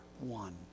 one